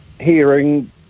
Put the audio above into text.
hearing